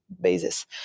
basis